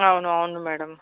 అవును అవును మేడం